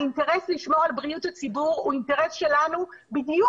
האינטרס לשמור על בריאות הציבור הוא אינטרס שלנו בדיוק